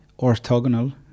orthogonal